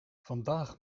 vandaag